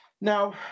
Now